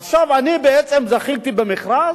עכשיו אני בעצם זכיתי במכרז,